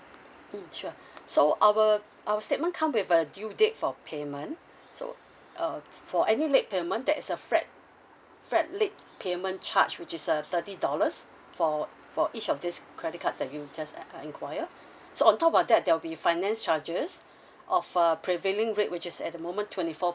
mm sure so our our statement come with a due date for payment so uh for any late payment there is a flat flat late payment charge which is uh thirty dollars for for each of this credit card that you just uh uh enquired so on top of that there will be finance charges of uh prevailing rate which is at the moment twenty four